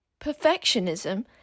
perfectionism